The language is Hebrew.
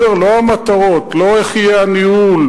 לא המטרות, לא איך יהיה הניהול,